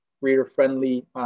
Reader-friendly